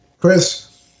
Chris